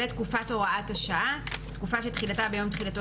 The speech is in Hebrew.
"תקופת הוראת השעה" תקופה שתחילתה ביום תחילתו